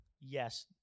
yes